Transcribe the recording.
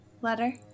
letter